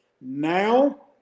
Now